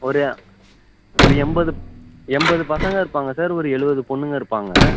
ஒரு ஒரு எண்பது எண்பது பசங்கள் இருப்பாங்க சார் ஒரு எழுவது பெண்ணுங்க இருப்பாங்க